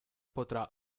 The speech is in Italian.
potrà